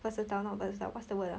versatile not versatile what's the word ah